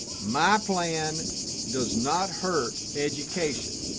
my plan does not hurt education.